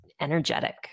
energetic